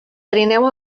trineu